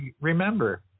remember